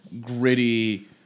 gritty